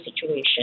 situation